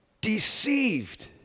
deceived